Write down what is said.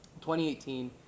2018